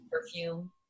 perfume